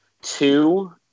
two